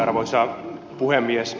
arvoisa puhemies